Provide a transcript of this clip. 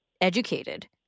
educated